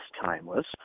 timeless